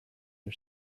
her